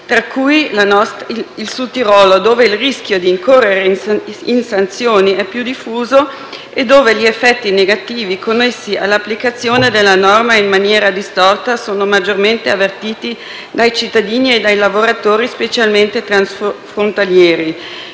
tra cui il Südtirol, dove il rischio di incorrere in sanzioni è più diffuso e gli effetti negativi connessi all'applicazione della norma in maniera distorta sono maggiormente avvertiti dai cittadini e dai lavoratori, specialmente transfrontalieri.